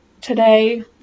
today